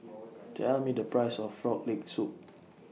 Tell Me The Price of Frog Leg Soup